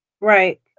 Right